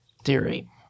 theory